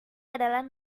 adalah